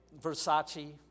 Versace